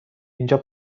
اینجا